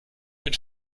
mit